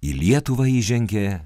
į lietuvą įžengė